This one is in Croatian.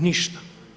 Ništa.